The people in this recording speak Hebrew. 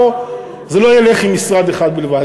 זה לא ילך עם משרד אחד בלבד.